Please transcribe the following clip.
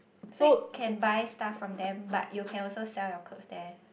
so you can buy stuff from them but you can also sell your clothes there